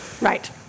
Right